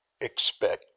expect